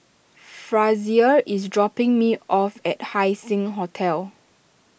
Frazier is dropping me off at Haising Hotel